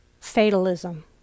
fatalism